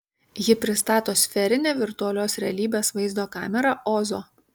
ji pristato sferinę virtualios realybės vaizdo kamerą ozo